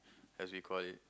as we call it